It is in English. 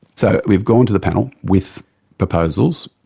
so we've gone to the panel with proposals,